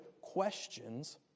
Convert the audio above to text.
questions